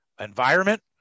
environment